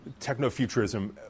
technofuturism